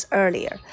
earlier